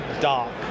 dark